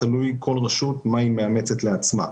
תלוי מה כל רשות מאמצת לעצמה.